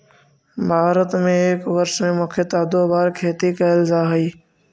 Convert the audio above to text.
भारत में एक वर्ष में मुख्यतः दो बार खेती कैल जा हइ